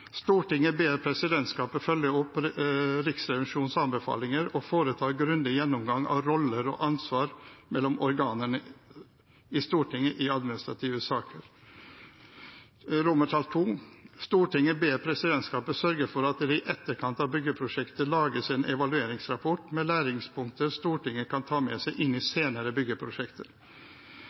Stortinget i administrative saker.» I forslag til II sier vi: «Stortinget ber presidentskapet sørge for at det i etterkant av byggeprosjektet lages en evalueringsrapport med læringspunkter Stortinget kan ta med seg inn i senere byggeprosjekter.»